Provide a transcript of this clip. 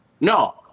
No